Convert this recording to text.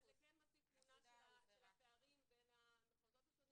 זה כן מציג תמונה של הפערים בין המחוזות השונים